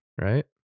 right